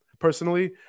Personally